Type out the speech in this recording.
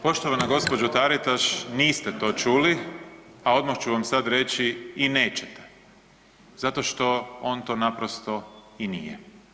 Poštovana gospođo Taritaš, niste to čuli, a odmah ću vam sad reći i nećete zato što on to naprosto i nije.